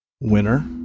Winner